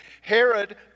Herod